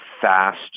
fast